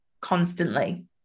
constantly